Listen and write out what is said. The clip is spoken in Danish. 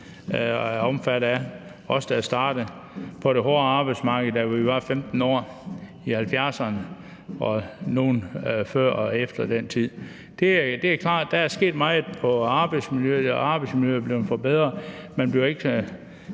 er omfattet af – os, der er startet på det hårde arbejdsmarked, da vi var 15 år, i 1970'erne, og nogle før og nogle efter den tid. Det er klart, at der er sket meget inden for arbejdsmiljøet, og at arbejdsmiljøet er blevet forbedret.